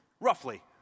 Roughly